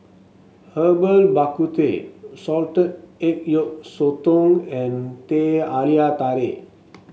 Herbal Bak Ku Teh Salted Egg Yolk Sotong and Teh Halia Tarik